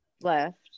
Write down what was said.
left